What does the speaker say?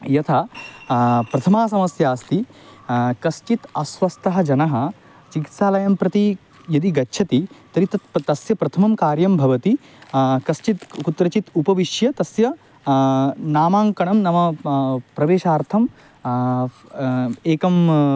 यथा प्रथमा समस्या अस्ति कश्चित् अस्वस्थाः जनाः चिकित्सालयं प्रति यदि गच्छन्ति तर्हि तत् तस्य प्रथमं कार्यं भवति कश्चित् कुत्रचित् उपविश्य तस्य नामाङ्कनं नाम प्रवेशार्थम् एकम्